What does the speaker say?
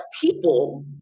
people